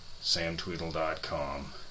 samtweedle.com